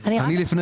אני רוצה